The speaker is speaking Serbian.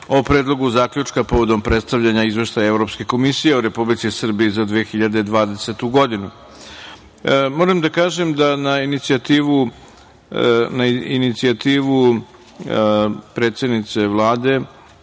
o Predlogu zaključka povodom predstavljanja Izveštaja Evropske komisije o Republici Srbiji za 2020. godinu. Moram da kažem da smo se na inicijativu predsednice Vlade,